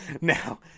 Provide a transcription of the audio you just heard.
now